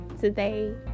today